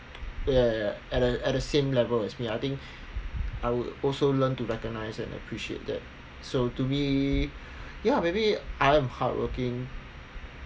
ya ya ya at the at the same level as me I think I will also learn to recognise and appreciate that so to me ya maybe I'm hardworking